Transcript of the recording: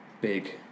big